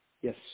Yes